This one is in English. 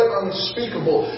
unspeakable